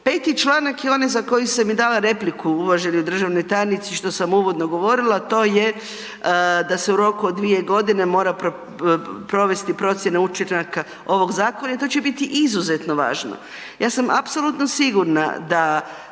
5. članak je onaj za koji sam i dala i repliku uvaženoj državnoj tajnici što sam uvodno govorila, to je da se u roku od dvije godine mora provesti procjena učinaka ovog zakona i to će biti izuzetno važno. Ja sam apsolutno sigurna da